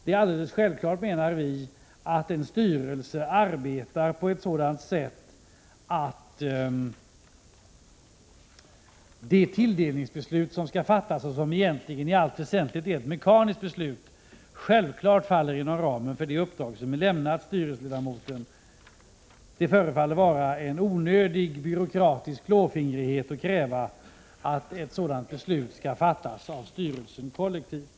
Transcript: Det är alldeles självklart, menar vi, att en styrelse arbetar på ett sådant sätt att det tilldelningsbeslut som skall fattas och som egentligen i allt väsentligt är ett mekaniskt beslut, faller inom ramen för det uppdrag som har lämnats styrelseledamoten. Det förefaller vara en onödig byråkratisk klåfingrighet att kräva att ett sådant beslut skall fattas av styrelsen kollektivt.